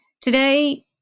Today